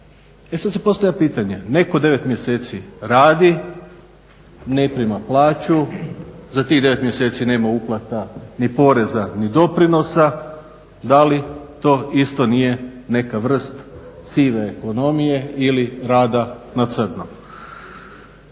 E sada se postavlja pitanje netko 9 mjeseci radi ne prima plaću, za tih 9 mjeseci nema uplata ni poreza ni doprinosa, da li to isto nije neka vrsta sive ekonomije ili rada na crno.